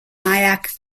nyack